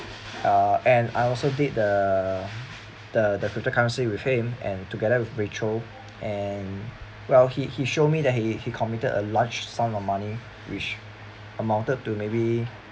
uh and I also did the the crypto currency with him and together with rachel and well he he showed me that he he committed a large sum of money which amounted to maybe